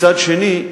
מצד שני,